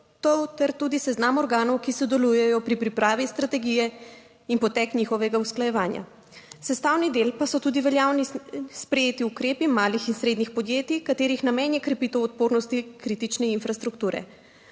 ter tudi seznam organov, ki sodelujejo pri pripravi strategije in potek njihovega usklajevanja. Sestavni deli pa so tudi veljavni sprejeti ukrepi malih in srednjih podjetij, katerih namen je krepitev odpornosti kritične infrastrukture